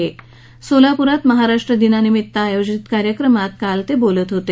ते काल सोलापुरात महाराष्ट्र दिनानिमित्त आयोजित कार्यक्रमात बोलत होते